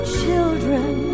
children